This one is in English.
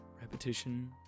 repetition